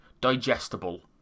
digestible